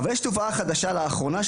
אבל יש תופעה חדשה לאחרונה,